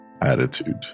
Attitude